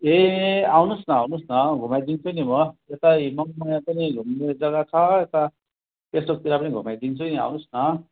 ए आउनुहोस् न आउनुहोस् न घुमाइदिन्छु नि म यतै मङ्पूमा पनि घुम्ने जग्गा छ यता पेसोकतिर पनि घुमाइदिन्छु नि आउनुहोस् न